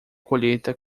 colheita